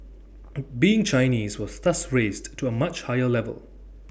being Chinese was thus raised to A much higher level